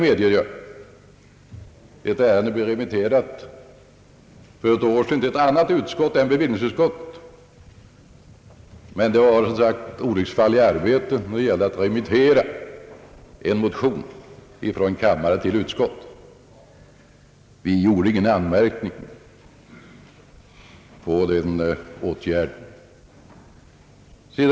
För ett år sedan blev ett ärende remitterat till ett annat utskott än bevillningsutskottet, fast vi skulle haft det, men det var som sagt ett olycksfall i arbetet vid remitteringen av en motion från kammare till utskott, och vi gjorde ingen anmärkning på den åtgärden.